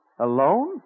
Alone